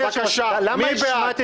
בבקשה, מי בעד?